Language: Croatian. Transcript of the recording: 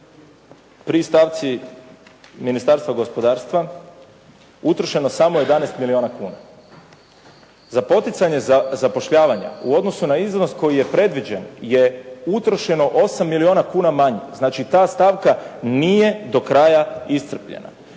pri stavici Ministarstva gospodarstva utrošeno samo 11 milijuna kuna. Za poticanje za zapošljavanje u odnosu na iznos koji je predviđen je utrošeno 8 milijuna kuna manje. Znači ta stavka nije do kraja iscrpljena.